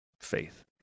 faith